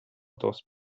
those